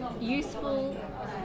useful